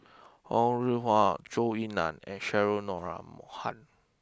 Ho Rih Hwa Zhou Ying Nan and Cheryl Noronha